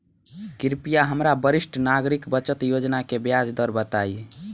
कृपया हमरा वरिष्ठ नागरिक बचत योजना के ब्याज दर बताई